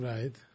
Right